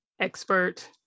expert